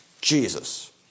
Jesus